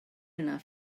enough